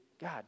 God